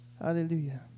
Hallelujah